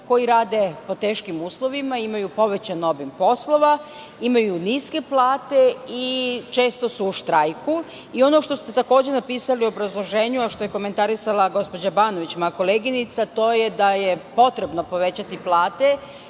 koji rade pod teškim uslovima, imaju povećan obim poslova, imaju niske plate i često su u štrajku.I ono što ste takođe napisali u obrazloženju, a što je komentarisala gospođa Banović, moja koleginica, to je da je potrebno povećati plate